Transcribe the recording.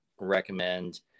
recommend